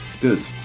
Good